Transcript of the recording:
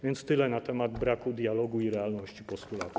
Więc tyle na temat braku dialogu i realności postulatów.